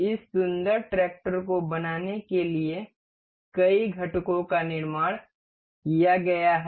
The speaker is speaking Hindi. इस सुंदर ट्रैक्टर को बनाने के लिए कई घटकों का निर्माण किया गया है